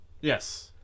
Yes